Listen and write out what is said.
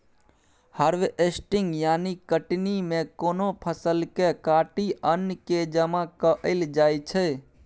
harvesting यानी कटनी मे कोनो फसल केँ काटि अन्न केँ जमा कएल जाइ छै